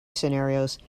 scenarios